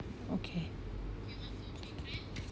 okay